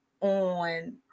on